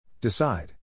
Decide